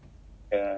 okay